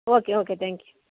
okay okay thank you